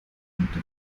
kannte